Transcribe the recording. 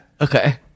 Okay